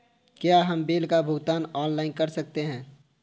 क्या हम बिल का भुगतान ऑनलाइन कर सकते हैं?